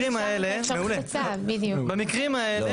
מעולה, אז במקרים האלה, מעולה.